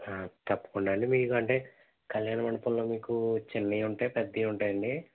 తప్పకుండా అండి మీకు అంటే కళ్యాణ మండపంలో మీకు చిన్నవి ఉంటాయి పెద్దవి ఉంటాయి అండి